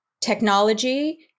technology